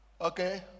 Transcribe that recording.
Okay